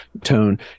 tone